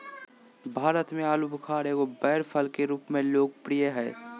भारत में आलूबुखारा एगो बैर फल के रूप में लोकप्रिय हइ